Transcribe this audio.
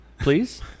Please